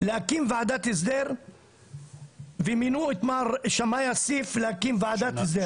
להקים ועדת הסדר ומינו את מר שמאי אסיף להקים ועדת הסדר.